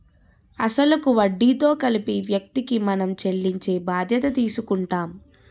అసలు కు వడ్డీతో కలిపి వ్యక్తికి మనం చెల్లించే బాధ్యత తీసుకుంటాం